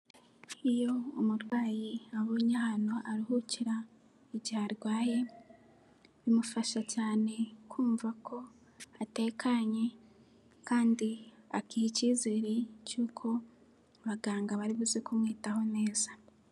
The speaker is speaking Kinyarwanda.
Iyo umurwayi abonye ahantu aruhukira igihe arwaye bimufasha cyane kumva ko atekanye kandi akiha icyizere cy'uko abaganga bari buze kumwitaho neza.